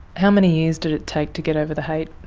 how many years did it take to get over the hate?